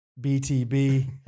BTB